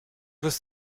was